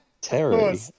Terry